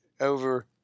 over